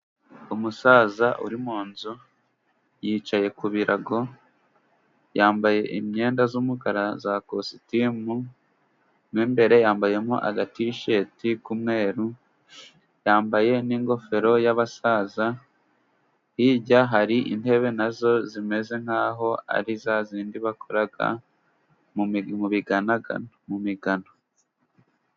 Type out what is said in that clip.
Umusaza uri munzu yicaye ku birago, yambaye imyenda y'umukara ya kositimu, mu imbere yambayemo agatisheti kumweru, yambaye n'ingofero y'abasaza. Hirya hari intebe nazo zimeze nkaho ari za zindi bakora mu migano.